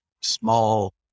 small